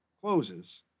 closes